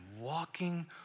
walking